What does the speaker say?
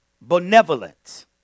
benevolence